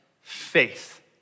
faith